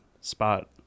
spot